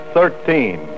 Thirteen